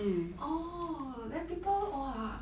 orh then people !wah!